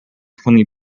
twenty